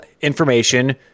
information